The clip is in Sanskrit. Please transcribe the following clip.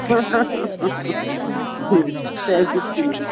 समीचीनम्